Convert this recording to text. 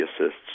assists